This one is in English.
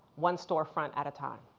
one storefront at a time.